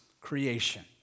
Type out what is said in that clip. creation